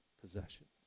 possessions